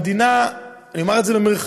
שהמדינה "פשעה" אני אומר את זה במירכאות,